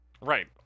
Right